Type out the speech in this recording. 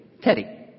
Teddy